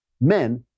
men